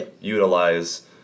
utilize